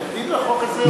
מתנגדים לחוק הזה?